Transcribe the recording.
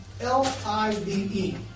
L-I-V-E